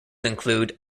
include